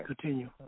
Continue